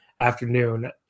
afternoon